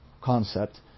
concept